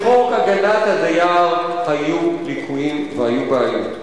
בחוק הגנת הדייר היו ליקויים והיו בעיות,